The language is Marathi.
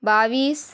बावीस